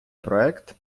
проект